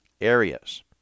areas